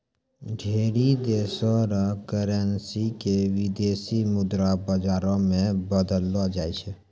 ढेरी देशो र करेन्सी क विदेशी मुद्रा बाजारो मे बदललो जाय छै